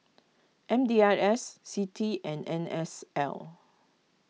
M D I S Citi and N S L